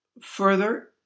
Further